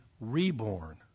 reborn